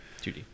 2D